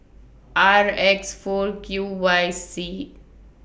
R X four Q Y C